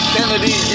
Kennedy